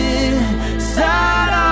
inside